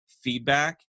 feedback